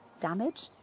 damage